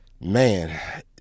man